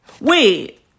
Wait